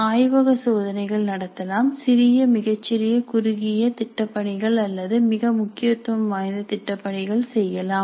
ஆய்வக சோதனைகள் நடத்தலாம் சிறிய மிகச்சிறிய குறுகிய திட்டப்பணிகள் அல்லது மிக முக்கியத்துவம் வாய்ந்த திட்டப்பணிகள் செய்யலாம்